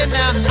now